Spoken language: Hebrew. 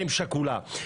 אם שכולה,